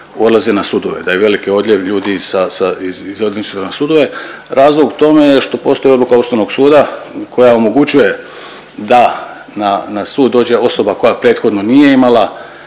odlaze na sudove, da je veliki odljev ljudi odlazi na sudove. Razlog tome je što postoji Odluka Ustavnog suda koja omogućuje da na sud dođe osoba koja prethodno nije imala